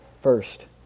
first